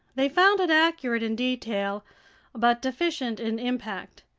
they found it accurate in detail but deficient in impact.